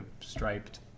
striped